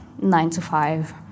nine-to-five